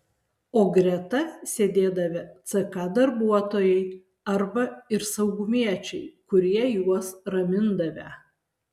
o greta sėdėdavę ck darbuotojai arba ir saugumiečiai kurie juos ramindavę